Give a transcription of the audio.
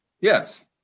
Yes